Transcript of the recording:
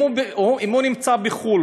אם הוא נמצא בחו"ל,